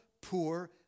poor